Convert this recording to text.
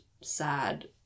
sad